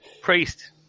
Priest